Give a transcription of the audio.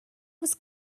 was